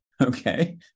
Okay